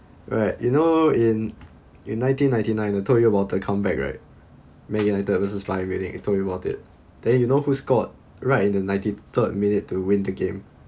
right you know in in nineteen ninety nine I told you about the comeback right man united versus bayern munich I told you about it then you know who scored right in the ninety third minute to win the game